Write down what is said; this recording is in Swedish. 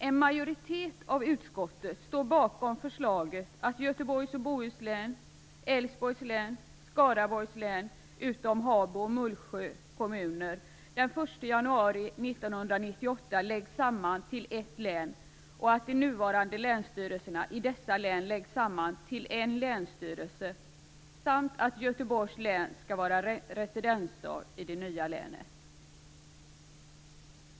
En majoritet av utskottet står bakom förslaget att Göteborgs och Bohuslän, Älvsborgs län och Skaraborgs län utom Habo och Mullsjö kommuner den 1 januari 1998 läggs samman till ett län, att de nuvarande länsstyrelserna i dessa län läggs samman till en länsstyrelse samt att Göteborgs län skall vara residensstad i det nya länet.